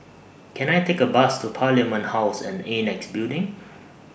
Can I Take A Bus to Parliament House and Annexe Building